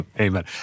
Amen